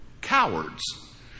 Cowards